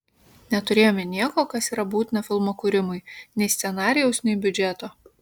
neturėjome nieko kas yra būtina filmo kūrimui nei scenarijaus nei biudžeto